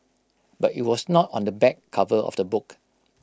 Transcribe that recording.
but IT was not on the back cover of the book